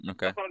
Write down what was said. Okay